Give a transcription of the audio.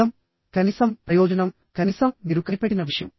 అర్థం కనీసం ప్రయోజనం కనీసం మీరు కనిపెట్టిన విషయం